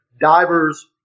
diver's